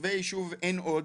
תושבי יישוב עין הוד,